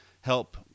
help